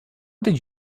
did